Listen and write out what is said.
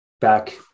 back